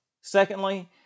Secondly